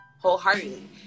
wholeheartedly